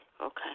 okay